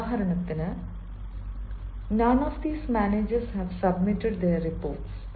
ഉദാഹരണത്തിന് none of this managers have submitted their reports